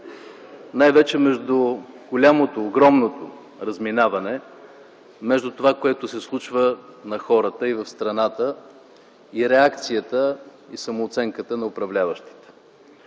най-вече между голямото, огромното разминаване между това, което се случва на хората и в страната, и реакцията и самооценката на управляващите.